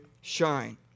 shine